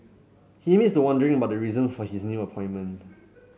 he admits to wondering about the reasons for his new appointment